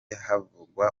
havugwa